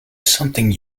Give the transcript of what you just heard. something